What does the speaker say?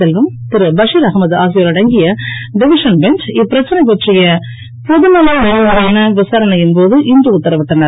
செல்வம் திருபஷீர் அகமது ஆகியோர் அடங்கிய division bench இப்பிரச்சனை பற்றிய பொதுநலன் மனு மீதான விசாரணையின் போது இன்று உத்தரவிட்டனர்